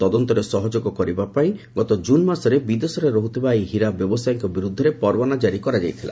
ତଦନ୍ତରେ ସହଯୋଗ କରିବା ପାଇଁ ଗତ ଜୁନମାସରେ ବିଦେଶରେ ରହୁଥିବା ଏହି ହୀରା ବ୍ୟବସାୟୀଙ୍କ ବିରୁଦ୍ଧରେ ପରୱାନା ଜାରି କରାଯାଇଥିଲା